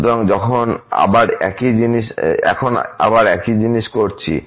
সুতরাং এখন আবার একই জিনিস করছি